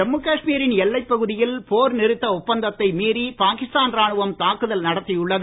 ஜம்மு காஷ்மீரின் எல்லைப் பகுதியில் போர் நிறுத்த ஒப்பந்தத்தை மீறி பாகிஸ்தான் ராணுவம் தாக்குதல் நடத்தியுள்ளது